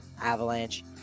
Avalanche